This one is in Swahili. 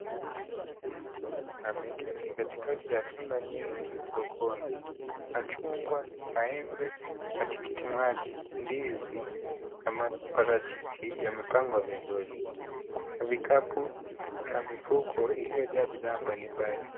Mtu ameketi katikati ya tunda nyingi sokoni. Machungwa, maembe, matikiti maji, ndizi na maparachichi yamepangwa vizuri. Kuna vikapu na mifuko iliyojaa bidhaa mbalimbali.